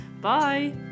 Bye